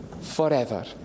forever